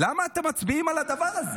למה אתם מצביעים על הדבר הזה?